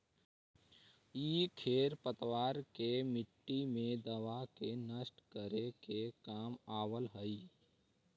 इ खेर पतवार के मट्टी मे दबा के नष्ट करे के काम आवऽ हई